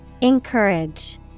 Encourage